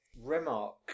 Remark